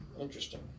interesting